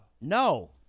no